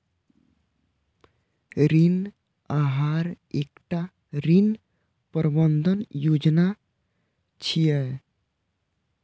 ऋण आहार एकटा ऋण प्रबंधन योजना छियै